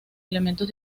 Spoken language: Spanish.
elementos